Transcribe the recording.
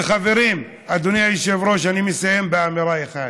וחברים, אדוני היושב-ראש, אני מסיים באמירה אחת: